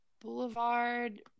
Boulevard